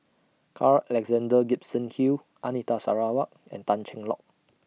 Carl Alexander Gibson Hill Anita Sarawak and Tan Cheng Lock